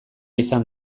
izan